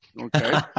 okay